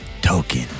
Token